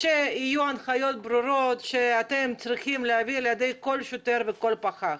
התחייבתם שיהיו הנחיות ברורות ושתביאו אותם לידיעת כל שוטר וכל פקח.